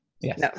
Yes